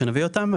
כשנביא אותן,